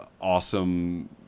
awesome